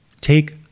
take